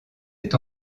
est